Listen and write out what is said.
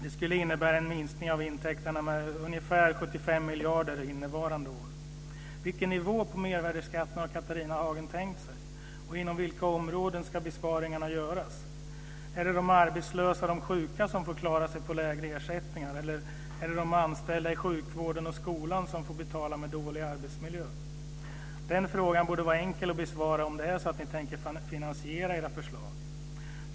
Det skulle innebära en minskning av intäkterna med ungefär 75 miljarder innevarande år. Vilken nivå på mervärdesskatten har Catharina Hagen tänkt sig? Inom vilka områden ska besparingarna göras? Är det de arbetslösa och sjuka som får klara sig på lägre ersättninger, eller är det de anställda inom sjukvård och skola som får betala det med dålig arbetsmiljö? Frågan borde vara enkel att besvara om ni tänker finansiera era förslag.